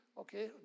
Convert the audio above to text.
Okay